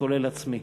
כולל עצמי,